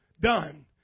done